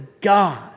God